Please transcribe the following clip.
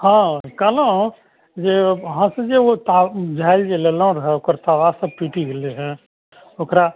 हँ कहलहुँ जे अहाँसँ जे ओ झाइल जे लेलहुँ रहय ओकर तवा सब टुटि गेलै हइ ओकरा